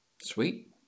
Sweet